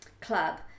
club